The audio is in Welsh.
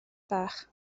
bach